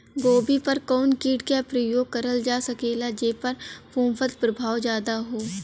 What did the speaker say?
गोभी पर कवन कीट क प्रयोग करल जा सकेला जेपर फूंफद प्रभाव ज्यादा हो?